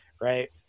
Right